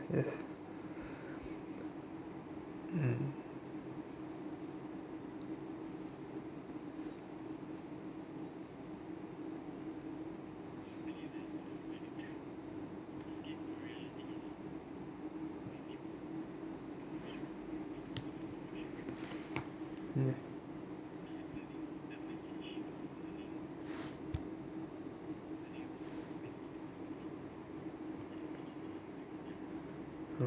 yes mm mm